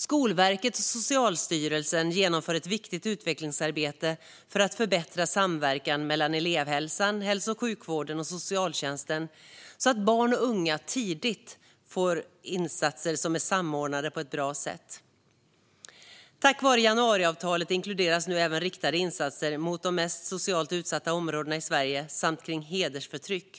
Skolverket och Socialstyrelsen genomför ett viktigt utvecklingsarbete för att förbättra samverkan mellan elevhälsan, hälso och sjukvården och socialtjänsten så att barn och unga tidigt får insatser som är samordnade på ett bra sätt. Tack vare januariavtalet inkluderas nu även riktade insatser mot de mest socialt utsatta områdena i Sverige samt kring hedersförtryck.